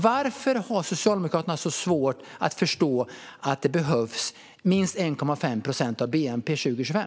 Varför har Socialdemokraterna så svårt att förstå att det behövs minst 1,5 procent av bnp 2025?